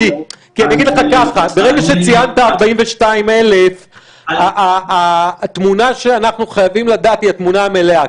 כי ברגע שציינת 42,000 התמונה שאנחנו חייבים לדעת היא התמונה המלאה.